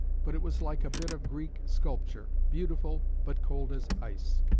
but it was like a bit of greek sculpture beautiful, but cold as ice.